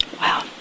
Wow